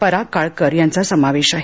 पराग काळकर यांचा समावेश आहे